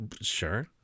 Sure